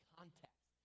context